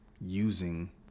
using